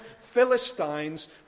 Philistines